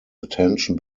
attention